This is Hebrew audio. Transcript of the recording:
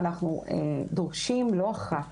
אנחנו דורשים לא אחת